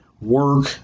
work